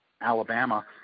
Alabama